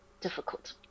difficult